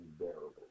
unbearable